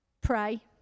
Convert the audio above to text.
Pray